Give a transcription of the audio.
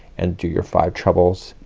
and do your five trebles,